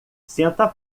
senta